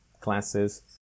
classes